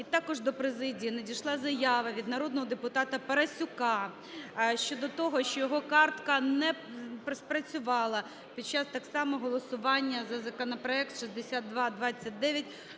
І також до президії надійшла заява від народного депутата Парасюка щодо того, що його картка не спрацювала під час так само голосування за законопроект 6229,